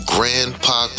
Grandpa